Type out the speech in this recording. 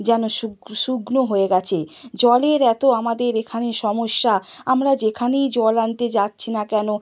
যেন শুকনো হয়ে গিয়েছে জলের এত আমাদের এখানে সমস্যা আমরা যেখানেই জল আনতে যাচ্ছি না কেন